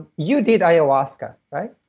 you did ayahuasca right?